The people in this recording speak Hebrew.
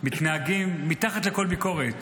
מתנהגים מתחת לכל ביקורת